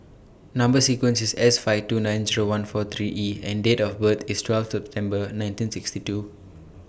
Number sequence IS S five two nine Zero one four three E and Date of birth IS twelfth September nineteen sixty two